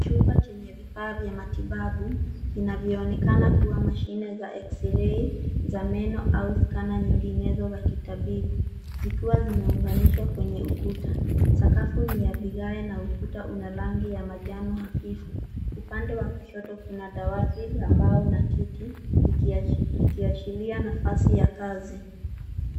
Chumba chenye vifa vya matibabu vinavyoonekana kama kuwa mashine za x-ray za meno, au skana nyinginezo wa kitabibu zikiwa zimeunganishwa kwenye ukuta. Sakafu ni ya vigae na ukuta una rangi ya majano hafifu. Upande wa kushoto kuna dawati, la mbao na kiti likiashiria nafasi ya kazi.